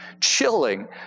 chilling